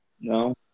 No